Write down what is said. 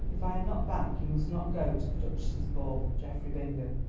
if i am not back you must not go to the duchess's ball geoffrey bingham.